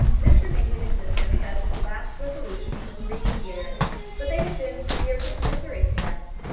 this remained in existence as his last resolution for three years but they had been three years of misery to him.